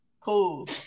Cool